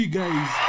guys